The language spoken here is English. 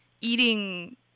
eating